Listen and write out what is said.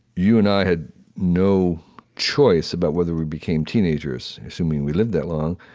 you and i had no choice about whether we became teenagers, assuming we lived that long,